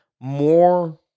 more –